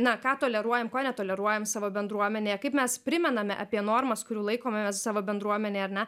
na ką toleruojam ko netoleruojam savo bendruomenėje kaip mes primename apie normas kurių laikomės savo bendruomenėje ar ne